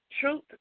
truth